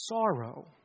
sorrow